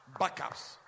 Backups